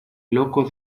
loco